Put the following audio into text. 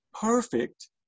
perfect